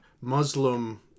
Muslim